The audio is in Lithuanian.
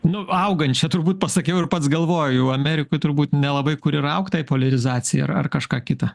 nu augančią turbūt pasakiau ir pats galvoju jau amerikoj turbūt nelabai kur yra augt tai poliarizacijai ar ar kažką kita